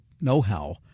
know-how